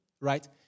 right